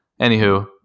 Anywho